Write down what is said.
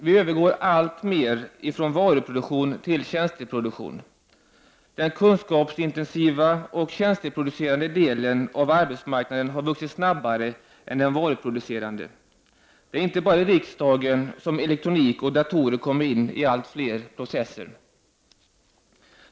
Vi övergår alltmer från varuproduktion till tjänsteproduktion. Den kunskapsintensiva och tjänsteproducerande delen av arbetsmarknaden har vuxit snabbare än den varuproducerande. Det är inte bara i riksdagen som elektronik och datorer kommer in i allt fler processer.